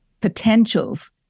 potentials